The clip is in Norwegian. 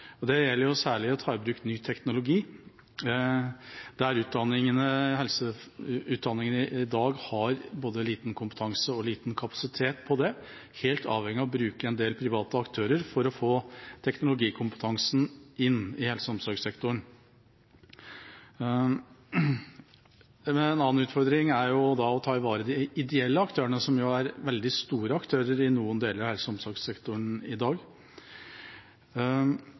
Det gjelder særlig det å ta i bruk ny teknologi, der utdanningene i dag har både liten kompetanse og liten kapasitet. Vi er helt avhengig av å bruke en del private aktører for å få teknologikompetansen inn i helse- og omsorgssektoren. En annen utfordring er å ivareta de ideelle aktørene, som jo er veldig store aktører i noen deler av helse- og omsorgssektoren i dag.